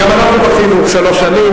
גם אנחנו בכינו שלוש שנים.